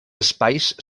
espais